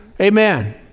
Amen